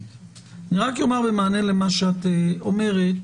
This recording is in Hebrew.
רק אומר במענה למה שאת אומרת